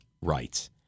rights